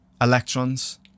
electrons